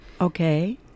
Okay